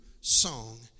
song